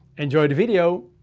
enjoy the video.